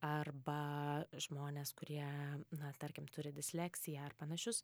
arba žmones kurie na tarkim turi disleksiją ar panašius